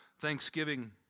Thanksgiving